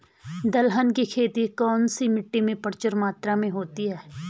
दलहन की खेती कौन सी मिट्टी में प्रचुर मात्रा में होती है?